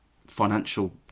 financial